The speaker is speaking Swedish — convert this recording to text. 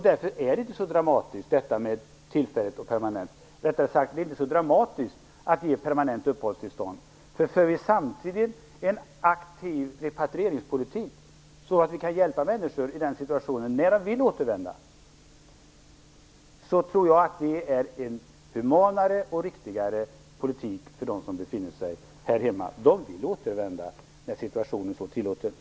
Därför är det inte så dramatiskt att ge permanent uppehållstillstånd. Om vi samtidigt för en aktiv repatrieringspolitik och hjälper människor när de vill återvända, tror jag vi för en humanare och riktigare politik för dem som befinner sig här. De kommer att återvända när situationen så tillåter.